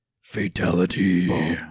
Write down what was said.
fatality